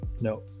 no